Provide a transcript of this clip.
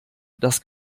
das